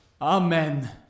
Amen